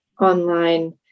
online